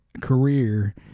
career